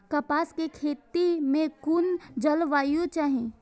कपास के खेती में कुन जलवायु चाही?